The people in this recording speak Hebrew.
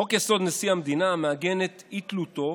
חוק-יסוד: נשיא המדינה מעגן את אי-תלותו